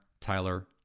Tyler